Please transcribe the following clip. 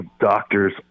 doctors